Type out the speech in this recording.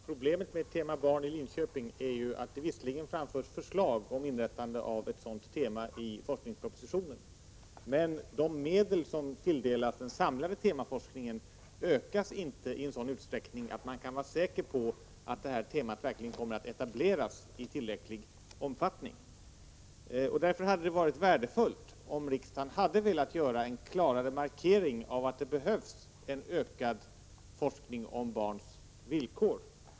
Herr talman! Problemet med tema Barn i Linköping är ju att det visserligen framförs förslag i forskningspropositionen om inrättande av ett sådant tema, men att de medel som tilldelas den samlade temaforskningen inte ökas i sådan utsträckning att man kan vara säker på att detta tema verkligen kommer att etableras i tillräcklig omfattning. Därför hade det varit värdefullt om riksdagen hade velat göra en klarare markering av att det behövs ökad forskning om barns villkor.